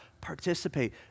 Participate